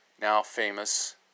now-famous